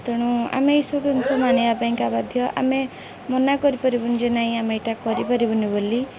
ତେଣୁ ଆମେ ଏଇସବୁ ଜିନିଷ ମାନିବା ପାଇଁକା ବା ଆମେ ମନା କରିପାରିବୁନି ଯେ ନାଇଁ ଆମେ ଏଇଟା କରିପାରିବୁନି ବୋଲି